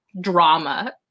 drama